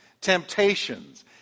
temptations